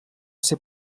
ser